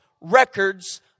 records